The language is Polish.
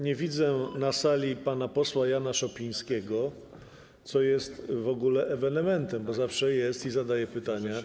Nie widzę na sali pana posła Jana Szopińskiego, co jest ewenementem, bo zawsze jest obecny i zadaje pytania.